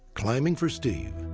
climbing for steve.